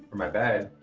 my bed,